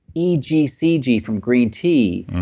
e g c g from green tea.